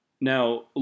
Now